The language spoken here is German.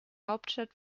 hauptstadt